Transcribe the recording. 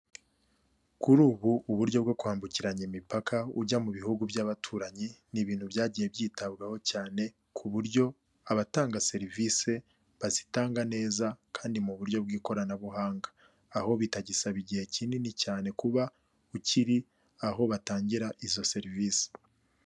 Kuri ubu uburyo bwo kwambukiranya imipaka ujya mu bihugu by'abaturanyi, ni ibintu byagiye byitabwaho cyane ku buryo abatanga serivisi bazitanga neza kandi mu buryo bw'ikoranabuhanga, aho bitagisaba igihe kinini cyane kuba bukiri aho batangira izo serivisi.